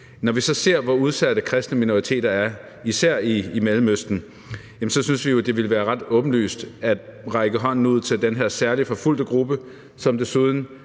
Når vi så ser, hvor udsatte kristne minoriteter er, især i Mellemøsten, jamen så synes vi jo, at det ville være ret åbenlyst at række hånden ud til den her særlig forfulgte gruppe, som desuden